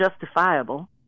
justifiable